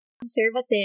Conservative